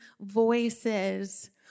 voices